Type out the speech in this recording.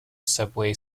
subway